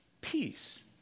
peace